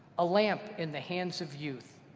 a lamp in the hands of youth.